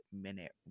minute